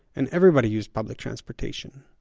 and everybody used public transportation.